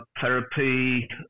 therapy